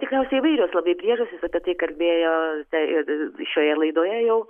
tikriausiai įvairios labai priežastys apie tai kalbėjote ir šioje laidoje jau